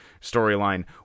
storyline